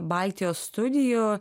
baltijos studijų